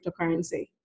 cryptocurrency